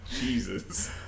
Jesus